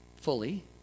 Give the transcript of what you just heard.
fully